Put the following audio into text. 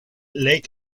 lake